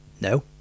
no